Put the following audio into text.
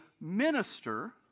minister